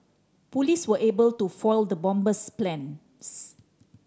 police were able to foil the bomber's plans